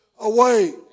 away